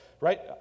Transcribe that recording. Right